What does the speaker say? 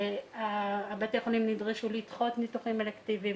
בתי החולים נדרשו לדחות ניתוחים אלקטיביים,